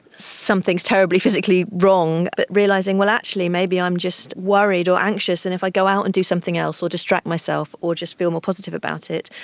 something is terribly physically wrong', but realising, well actually, maybe i'm just worried or anxious and if i go out and do something else or distract myself or just feel more positive about it,